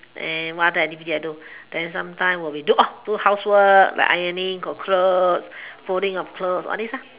and what other activity I do then sometimes will be do do housework like ironing the clothes folding of clothes all this